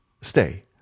Stay